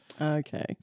Okay